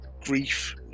grief